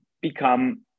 become